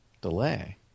delay